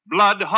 Blood